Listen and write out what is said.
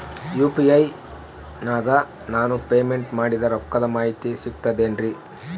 UPI ನಾಗ ನಾನು payment ಮಾಡಿದ ರೊಕ್ಕದ ಮಾಹಿತಿ ಸಿಕ್ತದೆ ಏನ್ರಿ?